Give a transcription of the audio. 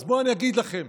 אז בואו אני אגיד לכם.